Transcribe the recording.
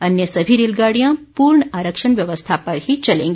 अन्य सभी रेलगाडियां पूर्ण आरक्षण व्यवस्था पर ही चलेंगी